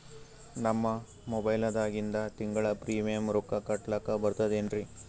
ನಮ್ಮ ಮೊಬೈಲದಾಗಿಂದ ತಿಂಗಳ ಪ್ರೀಮಿಯಂ ರೊಕ್ಕ ಕಟ್ಲಕ್ಕ ಬರ್ತದೇನ್ರಿ?